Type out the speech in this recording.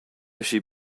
aschi